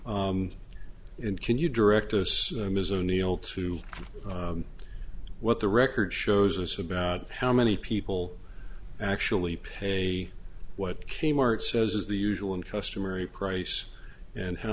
and can you direct us ms o'neil to what the record shows us about how many people actually pay what kmart says is the usual and customary price and how